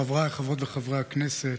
חבריי חברות וחברי הכנסת,